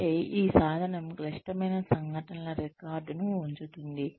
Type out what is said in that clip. అంటే ఈ సాధనం క్లిష్టమైన సంఘటనల రికార్డును ఉంచుతుంది